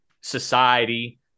society